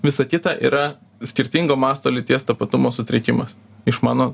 visa kita yra skirtingo masto lyties tapatumo sutrikimas iš mano